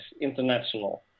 international